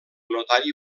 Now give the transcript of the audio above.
notari